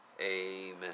Amen